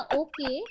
okay